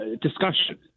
discussion